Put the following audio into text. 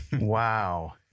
Wow